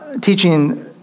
teaching